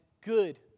good